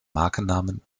markennamen